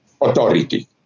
authority